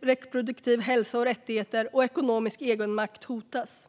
reproduktiv hälsa och rättigheter och ekonomisk egenmakt hotas.